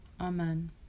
amen